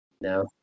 no